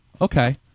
okay